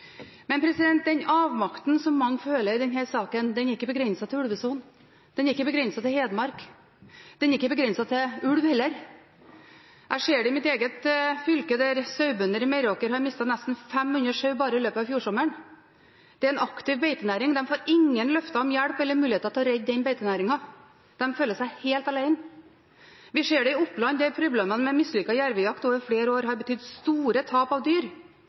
Den avmakten som mange føler i denne saken, er ikke begrenset til ulvesonen. Den er ikke begrenset til Hedmark. Den er ikke begrenset til ulv heller. Jeg ser det i mitt eget fylke, der sauebønder i Meråker mistet nesten 500 sau bare i løpet av fjorsommeren. Det er en aktiv beitenæring. De får ingen løfter om hjelp eller muligheter til å redde den beitenæringen. De føler seg helt alene. Vi ser det i Oppland, der problemene med mislykket jervejakt over flere år har betydd store tap av dyr.